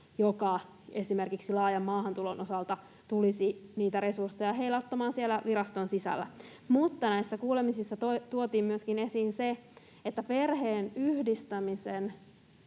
joka esimerkiksi laajan maahantulon osalta tulisi niitä resursseja heilauttamaan siellä viraston sisällä. Mutta näissä kuulemisissa tuotiin myöskin esiin se, että perheen yhdistämisen